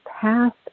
past